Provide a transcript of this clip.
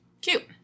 Cute